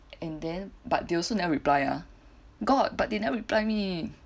and then but they also never reply ah got but didn't reply me